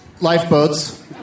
Lifeboats